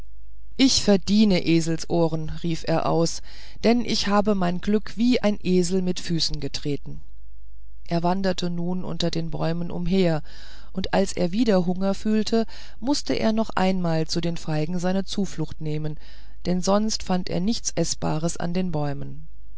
ich verdiene eselsohren rief er aus denn ich habe mein glück wie ein esel mit füßen getreten er wanderte nun unter den bäumen umher und als er wieder hunger fühlte mußte er noch einmal zu den feigen seine zuflucht nehmen denn sonst fand er nichts eßbares an den bäumen